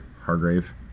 Hargrave